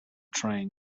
train